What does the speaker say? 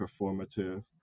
performative